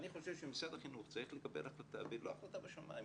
אני חושב שמשרד החינוך צריך לקבל החלטה והיא לא החלטה בשמים.